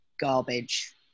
garbage